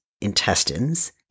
intestines